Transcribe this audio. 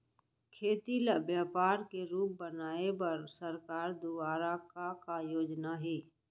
खेती ल व्यापार के रूप बनाये बर सरकार दुवारा का का योजना हे?